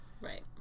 right